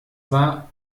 war